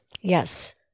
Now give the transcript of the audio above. Yes